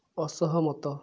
ଅସହମତ